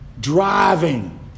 driving